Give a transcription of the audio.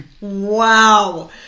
Wow